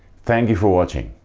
thank you for watching.